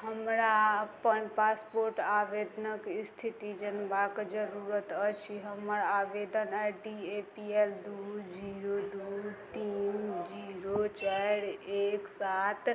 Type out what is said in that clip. हमरा अपन पासपोर्ट आवेदनके इस्थिति जनबाके जरूरत अछि हमर आवेदन I D A P L दुइ जीरो दुइ तीन जीरो चारि एक सात